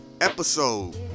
episode